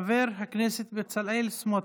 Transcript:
חבר הכנסת בצלאל סמוטריץ'.